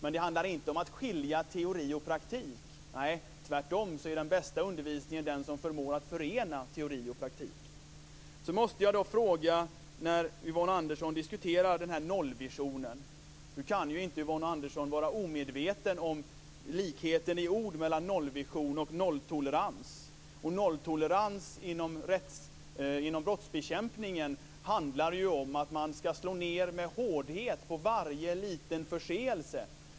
Men det handlar inte om att skilja teori och praktik. Nej, tvärtom är den bästa undervisningen den som förmår förena teori och praktik. Jag måste fråga Yvonne Andersson om nollvisionen, som hon diskuterar. Yvonne Andersson kan inte vara omedveten om likheten i ord mellan nollvision och nolltolerans. Nolltolerans inom brottsbekämpningen handlar om att man skall slå ned med hårdhet på varje liten förseelse.